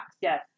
Yes